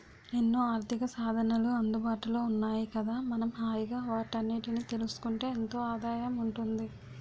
ఎన్నో ఆర్థికసాధనాలు అందుబాటులో ఉన్నాయి కదా మనం హాయిగా వాటన్నిటినీ తెలుసుకుంటే ఎంతో ఆదాయం ఉంటుంది